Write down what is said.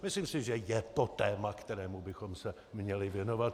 Myslím si, že je to téma, kterému bychom se měli věnovat.